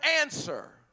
answer